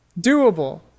doable